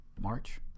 March